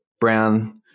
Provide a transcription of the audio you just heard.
brown